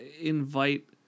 invite